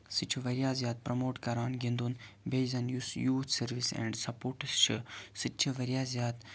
سُہ چھُ واریاہ زیادٕ پرٛموٹ کران گِنٛدُن بیٚیہِ زَن یُس یوٗتھ سٔروِس اینٛڈ سَپوٹٔس چھُ سُہ تہِ چھُ واریاہ زیادٕ